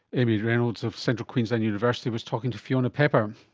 amy reynolds of central queensland university was talking to fiona pepper.